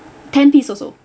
ten piece also